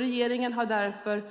Regeringen har därför vid